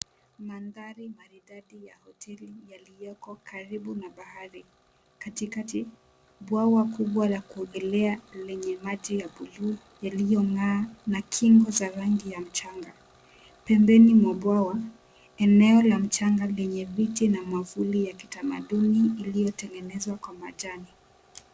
Mandhari maridadi ya hoteli yalioko karibu na bahari. Katikati bwawa kubwa la kuogolea lenye maji ya buluu yaliong'aa na kingu za rangi ya mchanga. Pembeni mwa bwawa eneo la mchanga lenye miti na mavuli ya kitamaduni iliotengenezwa kwa majani.